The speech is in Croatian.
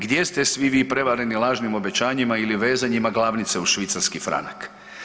Gdje ste svi vi prevareni lažnim obećanjima ili vezanjima glavnice uz švicarski franak?